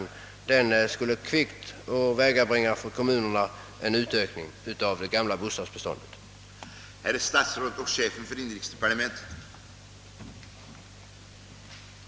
Därigenom skulle också en sanering av det gamla bostadsbeståndet kvickt kunna åvägabringas.